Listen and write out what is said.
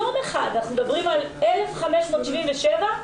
על 1,577,